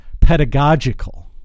pedagogical